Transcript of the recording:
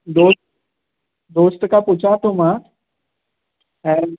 दोस्त दोस्त खां पुछा थो मां